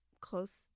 close